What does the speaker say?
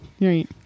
Right